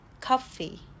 Coffee